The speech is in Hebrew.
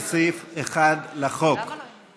לסעיף 1 לחוק,